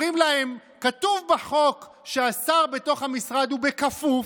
אומרים להם: כתוב בחוק שהשר בתוך המשרד הוא בכפוף.